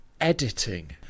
Editing